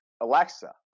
Alexa